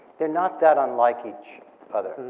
they're not that unlike each other.